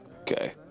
okay